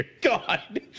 God